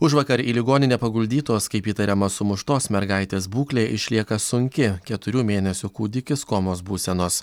užvakar į ligoninę paguldytos kaip įtariama sumuštos mergaitės būklė išlieka sunki keturių mėnesių kūdikis komos būsenos